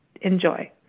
Enjoy